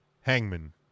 hangman